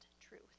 truth